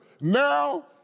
now